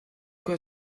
quoi